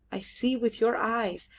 i see with your eyes,